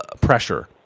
pressure